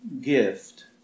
gift